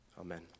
Amen